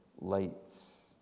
lights